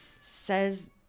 says